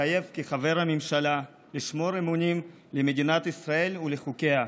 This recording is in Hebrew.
מתחייב כחבר הממשלה לשמור אמונים למדינת ישראל ולחוקיה,